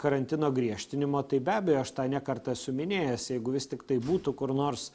karantino griežtinimo tai be abejo aš tą ne kartą esu minėjęs jeigu vis tiktai būtų kur nors